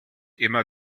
immer